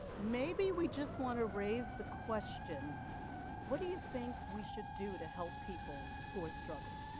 maybe we just want to raise the question what do you think we should do to help people who are struggling